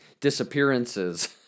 disappearances